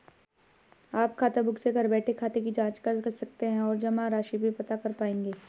आप खाताबुक से घर बैठे खाते की जांच कर सकते हैं और जमा राशि भी पता कर पाएंगे